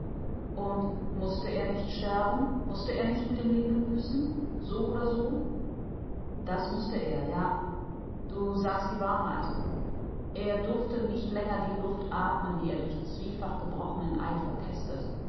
und mußte er nicht sterben mußte er nicht mit dem leben büßen so oder so das mußte er ja du sagst die wahrheit er durfte nicht länger die luft athmen die er durch zwiefach gebrochenen eid verpestet